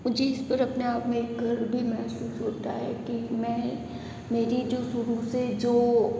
मुझे इस पर अपने आप में गर्व भी महसूस होता है कि मैं मेरी जो शुरू से जो